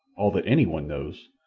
all that anyone knows,